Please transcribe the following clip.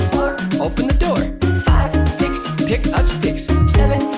open the door five, six pick up sticks seven,